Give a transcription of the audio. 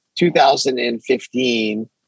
2015